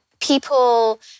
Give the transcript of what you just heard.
people